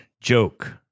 joke